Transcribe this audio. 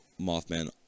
Mothman